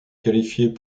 qualifiés